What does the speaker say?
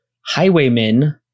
Highwaymen